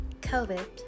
COVID